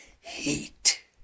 heat